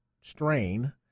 strain